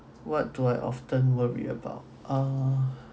what do I often worry about uh